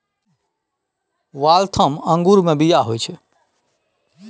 Waltham अंगूरमे बीया होइत छै